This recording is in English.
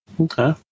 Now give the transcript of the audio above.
okay